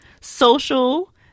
social